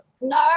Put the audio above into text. No